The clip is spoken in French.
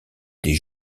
des